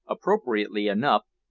appropriately enough,